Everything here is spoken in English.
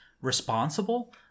responsible